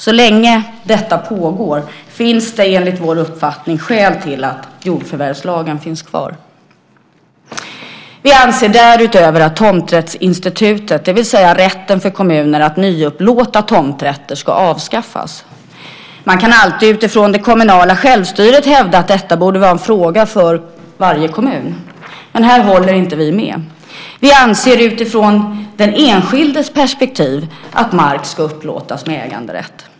Så länge detta pågår finns det enligt vår uppfattning skäl till att jordförvärvslagen finns kvar. Vi anser därutöver att tomträttsinstitutet, det vill säga rätten för kommuner att nyupplåta tomträtter, ska avskaffas. Man kan alltid utifrån det kommunala självstyret hävda att detta borde vara en fråga för varje kommun. Men här håller inte vi med. Vi anser utifrån den enskildes perspektiv att mark ska upplåtas med äganderätt.